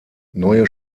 neue